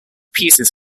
pieces